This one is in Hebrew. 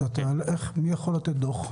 מי יכול לתת דוח?